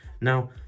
now